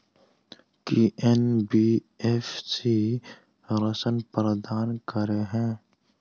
की NBFC ऋण प्रदान करे है?